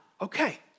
Okay